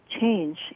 change